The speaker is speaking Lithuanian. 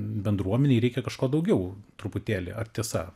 bendruomenei reikia kažko daugiau truputėlį ar tiesa